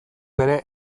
bere